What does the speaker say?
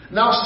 Now